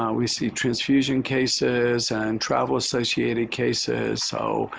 um we see transfusion cases and travel associated cases. so,